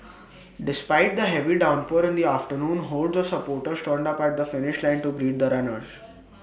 despite the heavy downpour in the afternoon hordes of supporters turned up at the finish line to greet the runners